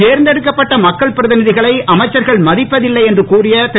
தேர்ந்தெடுக்கப்பட்ட மக்கள் பிரதிநிதிகளை அமைச்சர்கள் மதிப்பதில்லை என்று கூறிய திரு